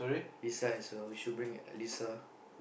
Allyssa as well we should bring Allyssa